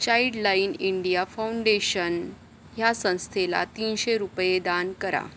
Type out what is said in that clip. Childline India foundation ह्या संस्थेला तीनशे रुपये दान करा